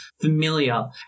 familiar